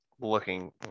looking